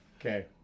Okay